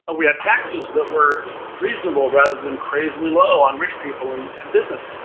we had taxes that were reasonable rather than crazily low on rich people and and business.